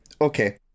Okay